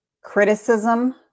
criticism